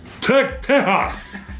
Texas